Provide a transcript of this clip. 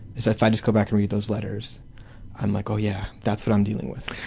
so if i just go back and read those letters i'm like oh yeah, that's what i'm dealing with.